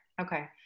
Okay